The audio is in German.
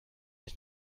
ich